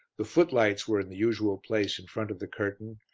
the footlights were in the usual place in front of the curtain,